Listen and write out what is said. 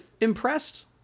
impressed